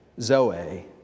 zoe